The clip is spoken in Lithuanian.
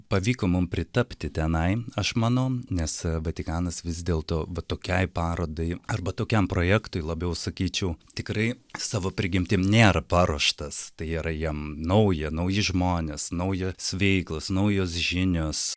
pavyko mum pritapti tenai aš manau nes a vatikanas vis dėlto va tokiai parodai arba tokiam projektui labiau sakyčiau tikrai savo prigimtim nėra paruoštas tai yra jiem nauja nauji žmonės nauja s veiklos naujos žinios